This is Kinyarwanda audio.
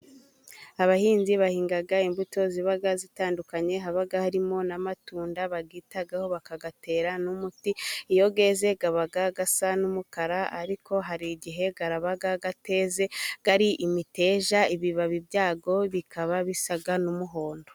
Abahinzi bahinga imbuto ziba zitandukanye, haba harimo n'amatunda bayitaho bakayatera n'umuti, iyoyezeze yaba yasa n'umukara ariko hari igihe yaraba ateze ari imiteja ibibabi byayo bikaba bisaga n'umuhondo.